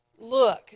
Look